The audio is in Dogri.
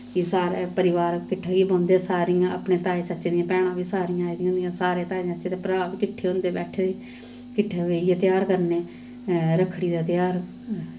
कि सारे परोआर किट्ठा होइयै बौंह्दे सारियां अपने ताएं चाचें दियां भैनां बी सारियां आई दियां होंदियां सारे ताएं चाचें दे भ्राऽ बी किट्ठे होंदे बैठे दे किट्ठे बेहियै तेहार करनें रक्खड़ी दा तेहार